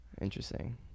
Interesting